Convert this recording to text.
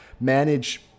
manage